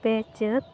ᱯᱮ ᱪᱟᱹᱛ